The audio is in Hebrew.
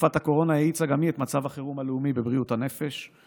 תקופת הקורונה האיצה גם היא את מצב החירום הלאומי בבריאות הנפש של